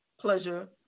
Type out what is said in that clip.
pleasure